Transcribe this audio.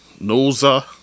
noza